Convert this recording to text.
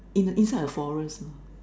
in the inside a forest ah